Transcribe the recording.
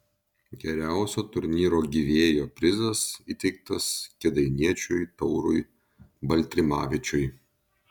geriausio turnyro gyvėjo prizas įteiktas kėdainiečiui taurui baltrimavičiui